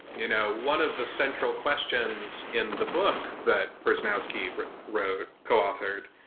you know one of the central questions in the book that perzanowski wrote, coauthored,